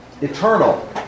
Eternal